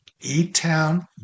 etown